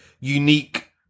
unique